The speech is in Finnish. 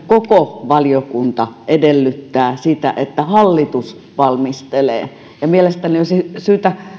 koko valiokunta edellyttää sitä että hallitus valmistelee ja mielestäni olisi syytä